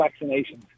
vaccinations